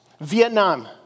Vietnam